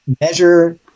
measure